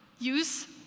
use